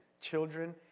children